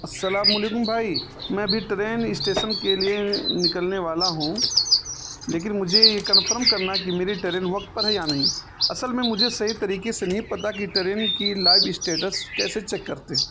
السلام علیکم بھائی میں ابھی ٹرین اسٹیسن کے لیے نکلنے والا ہوں لیکن مجھے یہ کنفرم کرنا کہ میری ٹرین وقت پر ہے یا نہیں اصل میں مجھے صحیح طریقے سے نہیں پتہ کہ ٹرین کی لائیب اسٹیٹس کیسے چیک کرتے ہیں